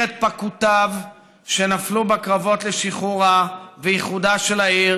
את פקודיו שנפלו בקרבות לשחרורה ולאיחודה של העיר,